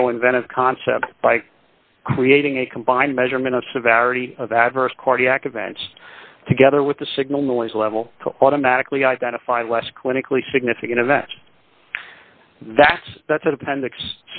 show inventive concept by creating a combined measurement of severity of adverse cardiac events together with the signal noise level to automatically identify less clinically significant events that's that's an appendix